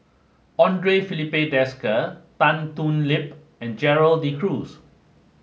Andre Filipe Desker Tan Thoon Lip and Gerald De Cruz